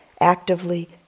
actively